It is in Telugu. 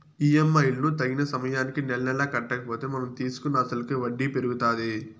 ఈ.ఎం.ఐ లను తగిన సమయానికి నెలనెలా కట్టకపోతే మనం తీసుకున్న అసలుకి వడ్డీ పెరుగుతాది